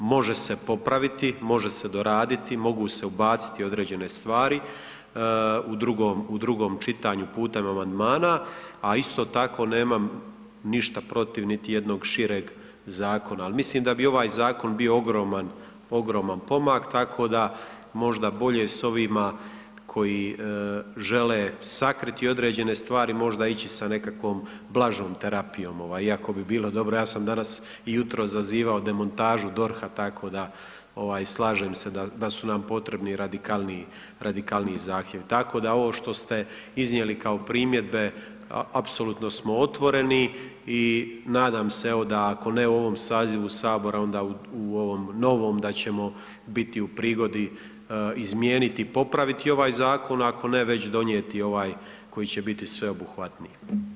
Može se popraviti može se doraditi, mogu se ubaciti određene stvari u drugom čitanju putem amandmana a isto tako nemam ništa protiv niti jednog šireg zakona, ali mislim da bi ovaj zakon bio ogroman pomak tako da možda bolje sa ovima koji žele sakriti određene stvari, možda ići sa nekakvom blažom terapijom iako bi bilo dobro, ja sam danas i jutros zazivao demontažu DORH-a, tako da, slažem se da su nam potrebni radikalniji zahtjevi, tako da ovo što ste iznijeli kao primjedbe, apsolutno smo otvoreni i nadam se evo da ako ne u ovom sazivu Sabora, onda u ovom novom da ćemo biti u prigodi izmijeniti i popraviti ovaj zakon, a ako ne, već donijeti ovaj koji će biti sveobuhvatniji.